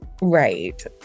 Right